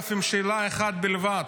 פוליגרף עם שאלה אחת בלבד: